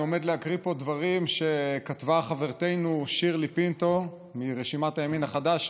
אני עומד להקריא פה דברים שכתבה חברתנו שירלי פינטו מרשימת הימין החדש,